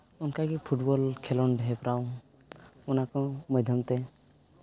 ᱚᱱᱠᱟᱜᱮ ᱯᱷᱩᱵᱚᱞ ᱠᱷᱮᱹᱞᱳᱰ ᱦᱮᱯᱨᱟᱣ ᱚᱱᱟ ᱠᱚ ᱢᱟᱫᱽᱫᱚᱢᱛᱮ